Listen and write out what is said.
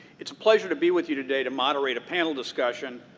it's a pleasure to be with you today to moderate a panel discussion,